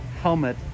helmet